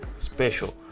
Special